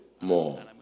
more